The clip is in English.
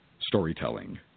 storytelling